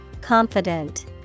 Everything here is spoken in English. Confident